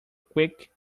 quick